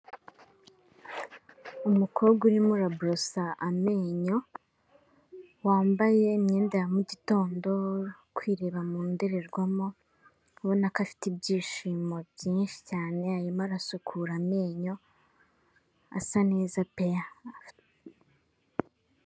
Umukobwa urimo uraborosa amenyo, wambaye imyenda ya mugitondo, ari kwireba mu ndorerwamo, ubona ko afite ibyishimo byinshi cyane, arimo arasukura amenyo asa neza pe.